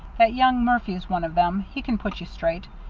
that young murphy's one of them he can put you straight.